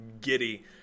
giddy